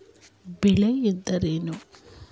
ಬೆಳೆ ಎಂದರೇನು?